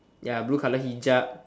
ya blue colour hijab